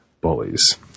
bullies